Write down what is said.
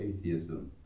atheism